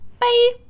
Bye